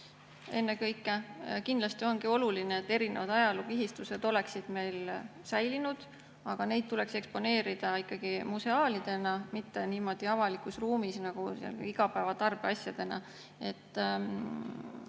muuseumis. Kindlasti ongi oluline, et erinevad ajalookihistused oleksid meil säilinud, aga neid tuleks eksponeerida ikkagi museaalidena, mitte niimoodi avalikus ruumis nagu igapäevatarbe asjadena.